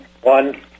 one